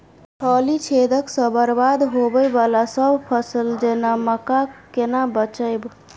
फली छेदक सँ बरबाद होबय वलासभ फसल जेना मक्का कऽ केना बचयब?